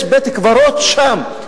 יש בית-קברות שם,